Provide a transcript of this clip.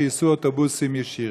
שייסעו אוטובוסים ישירים?